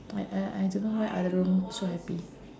like I I don't know why other room so happy